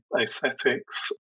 aesthetics